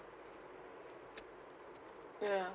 ya